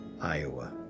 Iowa